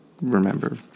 remember